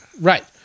Right